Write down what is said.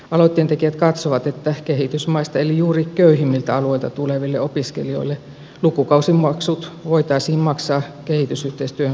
aloitteentekijät katsovat että kehitysmaista eli juuri köyhimmiltä alueilta tuleville opiskelijoille lukukausimaksut voitaisiin maksaa kehitysyhteistyöhön suunnatuista varoista